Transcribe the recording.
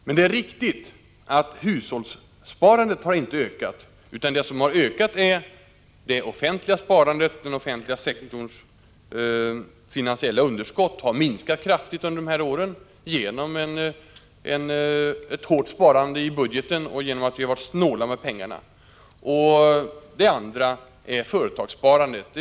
Men det är riktigt att hushållssparandet inte har ökat, utan det som ökat är bl.a. det offentliga sparandet. Det finansiella underskottet har minskat kraftigt under de här åren, genom hårt sparande i budgeten och genom att vi varit snåla med pengarna. Också företagssparandet har ökat.